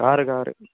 car car